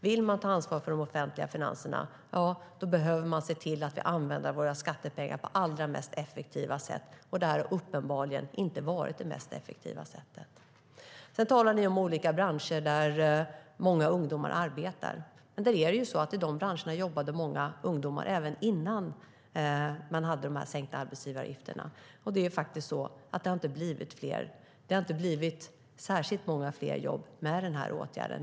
Vill man ta ansvar för de offentliga finanserna behöver man se till att vi använder våra skattepengar på effektivast möjliga sätt. Det här har uppenbarligen inte varit det effektivaste sättet. Ni talar om olika branscher där många ungdomar arbetar. Men i de branscherna jobbade många ungdomar även innan man sänkte arbetsgivaravgifterna, och de har inte blivit fler. Det har inte blivit särskilt många fler jobb med den här åtgärden.